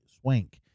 Swank